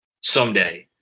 someday